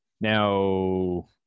Now